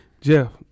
Jeff